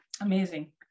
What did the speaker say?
amazing